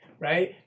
right